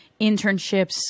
internships